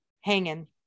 hanging